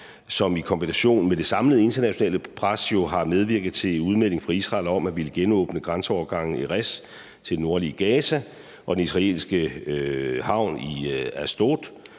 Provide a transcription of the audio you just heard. som i kombination med det samlede internationale pres jo har medvirket til en udmelding fra Israel om at ville genåbne grænseovergangene i Erez til det nordlige Gaza og den israelske havn i Ashdod.